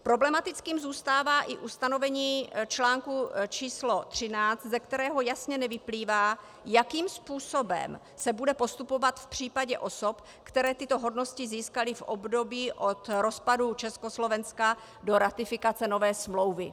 Problematickým zůstává i ustanovení článku č. 13, ze kterého jasně nevyplývá, jakým způsobem se bude postupovat v případě osob, které tyto hodnosti získaly v období od rozpadu Československa do ratifikace nové smlouvy.